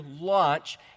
launch